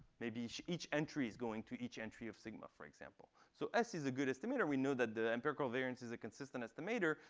maybe each each entry is going to each entry of sigma, for example. so s is a good estimator. we know that the empirical covariance is a consistent as the mater.